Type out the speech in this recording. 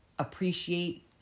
appreciate